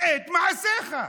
את מעשיך.